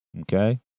Okay